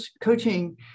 coaching